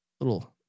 Little